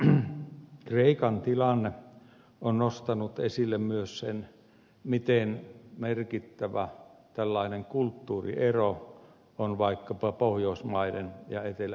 tämä kreikan tilanne on nostanut esille myös sen miten merkittävä tällainen kulttuuriero on vaikkapa pohjoismaiden ja etelä euroopan maiden välillä